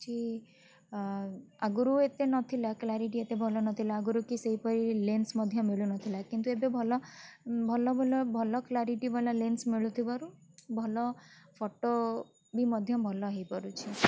ହେଉଛି ଆଗରୁ ଏତେ ନଥିଲା କ୍ଲାରିଟି ଏତେ ଭଲନଥିଲା ଆଗରୁ କି ସେହିପରି ଲେନ୍ସ ମଧ୍ୟ ମିଳୁନଥିଲା କିନ୍ତୁ ଏବେ ଭଲ ଭଲ ଭଲ ଭଲ କ୍ଲାରିଟି ବାଲା ଲେନ୍ସ ମିଳୁଥିବାରୁ ଭଲ ଫଟୋ ବି ମଧ୍ୟ ଭଲ ହୋଇପାରୁଛି